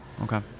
okay